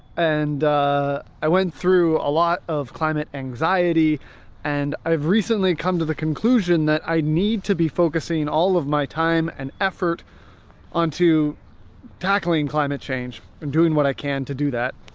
and i went through a lot of climate anxiety and i've recently come to the conclusion that i need to be focusing all of my time and effort onto tackling climate change, and doing what i can to do that.